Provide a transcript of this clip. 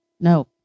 No